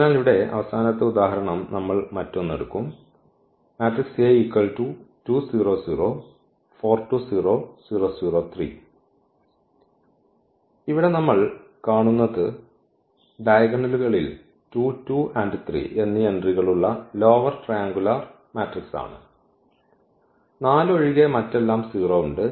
അതിനാൽ ഇവിടെ അവസാനത്തെ ഉദാഹരണം നമ്മൾ മറ്റൊന്ന് എടുക്കും ഇവിടെ നമ്മൾ കാണുന്നത് ഡയഗണലുകളിൽ 2 2 3 എന്നീ എൻട്രികളുള്ള ലോവർ ട്രയാൻഗുലാർ മാട്രിക്സ് ആണ് ഈ 4 ഒഴികെ മറ്റെല്ലാം 0 ഉണ്ട്